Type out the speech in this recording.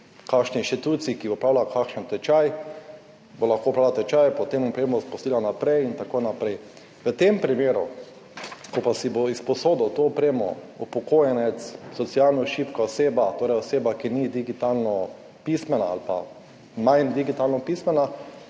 kakšni inštituciji, da bo lahko opravila kakšen tečaj, potem opremo predala naprej in tako naprej. V tem primeru, ko pa si bo izposodil to opremo upokojenec, socialno šibka oseba, torej oseba, ki ni digitalno pismena ali pa manj digitalno pismena,